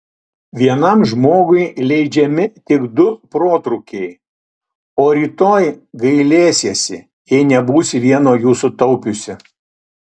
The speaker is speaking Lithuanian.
vienam žmogui leidžiami tik du protrūkiai o rytoj gailėsiesi jei nebūsi vieno jų sutaupiusi